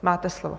Máte slovo.